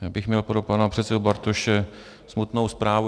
Já bych měl pro pana předsedu Bartoše smutnou zprávu.